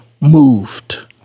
moved